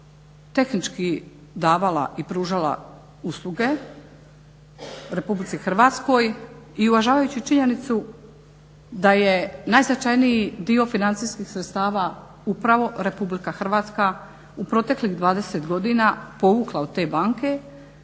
tehnički davala i pružala usluge Republici Hrvatskoj i uvažavajući činjenicu da je najznačajniji dio financijski sredstava upravo Republika Hrvatska u proteklih 20 godina povukla od te banke,